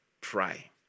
pray